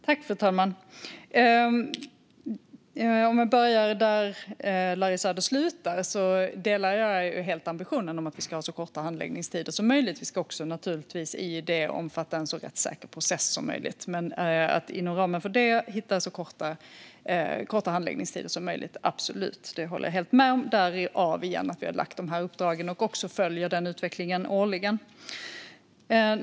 Fru talman! Låt mig börja där Larry Söder slutade. Jag delar helt ambitionen om att vi ska ha så korta handläggningstider som möjligt, men det ska naturligtvis också omfatta en så rättssäker process som möjligt. Men jag håller helt med om att vi inom ramen för detta ska ha så korta handläggningstider som möjligt. Det är också därför vi har gett dessa uppdrag och också följer upp utvecklingen årligen.